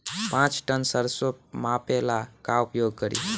पाँच टन सरसो मापे ला का उपयोग करी?